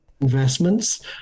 investments